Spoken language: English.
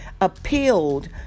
appealed